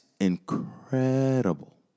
incredible